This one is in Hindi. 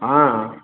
हाँ हाँ